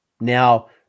Now